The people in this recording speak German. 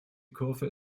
kurve